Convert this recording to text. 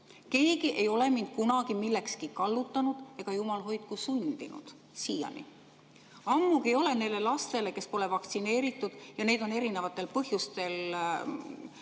Keegi ei ole mind kunagi millekski kallutanud ega, jumal hoidku, sundinud, siiani. Ammugi ei ole neile lastele, kes pole vaktsineeritud – ja neid on meil erinevatel põhjustel